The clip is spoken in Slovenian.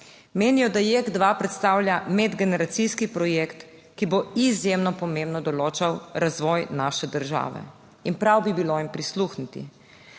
Menijo, da JEK2 predstavlja medgeneracijski projekt, ki bo izjemno pomembno določal razvoj naše države in prav bi bilo jim prisluhniti.